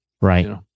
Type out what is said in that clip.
Right